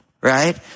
Right